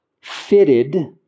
fitted